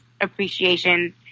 appreciation